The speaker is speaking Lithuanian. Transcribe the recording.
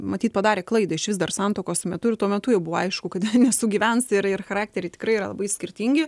matyt padarė klaidą išvis dar santuokos metu ir tuo metu jau buvo aišku kad nesugyvens ir ir charakteriai tikrai yra labai skirtingi